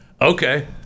Okay